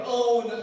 own